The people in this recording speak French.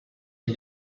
les